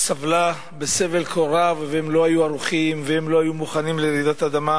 סבלה סבל כה רב והם לא היו ערוכים והם לא היו מוכנים לרעידת אדמה,